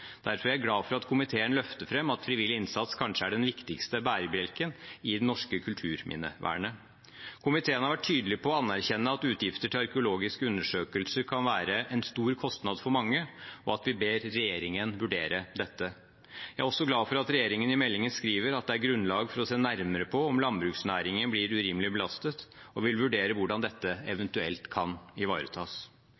Derfor er jeg glad for at komiteen løfter fram at frivillig innsats kanskje er den viktigste bærebjelken i det norske kulturminnevernet. Komiteen har vært tydelig på å anerkjenne at utgifter til arkeologiske undersøkelser kan være en stor kostnad for mange, og at vi ber regjeringen vurdere dette. Jeg er også glad for at regjeringen i meldingen skriver at det er grunnlag for å se nærmere på om landbruksnæringen blir urimelig belastet, og vil vurdere hvordan dette